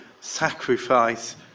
sacrifice